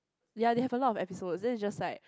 ya they have a lot of episodes then it's just like